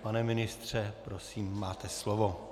Pane ministře, prosím, máte slovo.